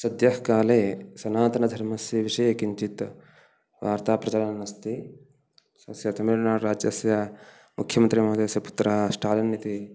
सद्यःकाले सनातनधर्मस्य विषये किञ्चित् वार्ता प्रचलनन् अस्ति अस्य तमिल्नाडुराज्यस्य मुख्यमन्त्रीमहोदयस्य पुत्रः स्टालिन् इति